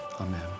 amen